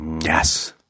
Yes